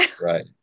Right